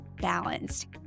balanced